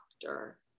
doctor